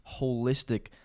holistic